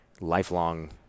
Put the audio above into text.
lifelong